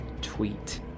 tweet